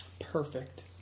Perfect